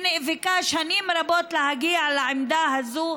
שנאבקה שנים רבות להגיע לעמדה הזאת,